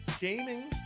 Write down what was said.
Gaming